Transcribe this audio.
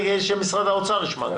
אבל אני רוצה שגם משרד האוצר ישמע,